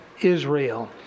Israel